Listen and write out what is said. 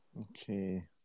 Okay